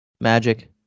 Magic